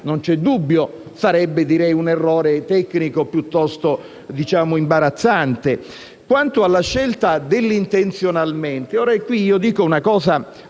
Non c'è dubbio e sarebbe - direi - un errore tecnico piuttosto imbarazzante. Quanto alla scelta dell'«intenzionalmente» ora qui dico una cosa,